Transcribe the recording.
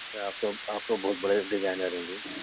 سر آپ تو آپ تو بہت بڑے ڈیزائنر ہیں جی